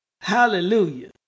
Hallelujah